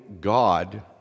God